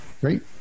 Great